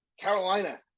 Carolina